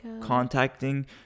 contacting